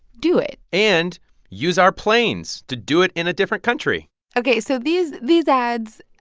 do it and use our planes to do it in a different country ok. so these these ads,